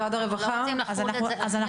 אז אנחנו